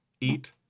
Eat